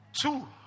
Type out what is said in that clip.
Two